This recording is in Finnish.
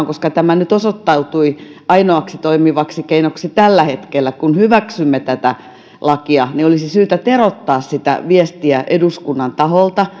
koska tämä nyt osoittautui ainoaksi toimivaksi keinoksi tällä hetkellä kun hyväksymme tätä lakia niin siksi minusta samaan aikaan olisi syytä teroittaa sitä viestiä eduskunnan taholta